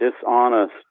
dishonest